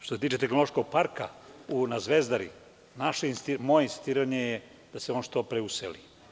Što se tiče Tehnološkog parka na Zvezdari, moje insistiranje je da se on što pre useli.